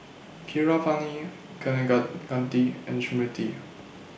Keeravani Kaneganti and Smriti